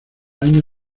año